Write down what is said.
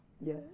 Yes